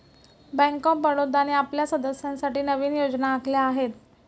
bank of बडोदाने आपल्या सदस्यांसाठी नवीन योजना आखल्या आहेत